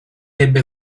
ebbe